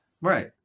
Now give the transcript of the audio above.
right